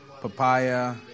papaya